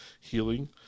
healing